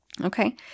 Okay